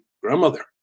grandmother